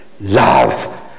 Love